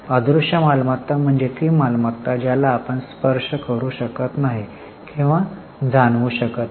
अदृश्य मालमत्ता म्हणजे ती मालमत्ता ज्याला आपण स्पर्श करू शकत नाही किंवा जाणवू शकत नाही